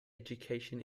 education